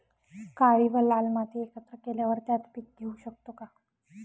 काळी व लाल माती एकत्र केल्यावर त्यात पीक घेऊ शकतो का?